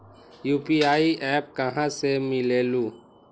UPI app कहा से मिलेलु?